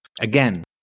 Again